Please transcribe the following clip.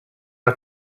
are